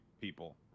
people